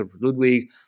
ludwig